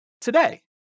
today